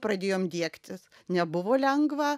pradėjom diegtis nebuvo lengva